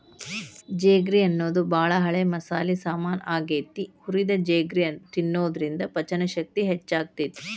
ಜೇರ್ಗಿ ಅನ್ನೋದು ಬಾಳ ಹಳೆ ಮಸಾಲಿ ಸಾಮಾನ್ ಆಗೇತಿ, ಹುರಿದ ಜೇರ್ಗಿ ತಿನ್ನೋದ್ರಿಂದ ಪಚನಶಕ್ತಿ ಹೆಚ್ಚಾಗ್ತೇತಿ